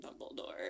Dumbledore